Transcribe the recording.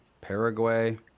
Paraguay